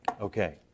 okay